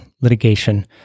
litigation